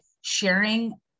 sharing